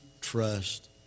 trust